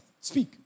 Speak